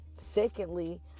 Secondly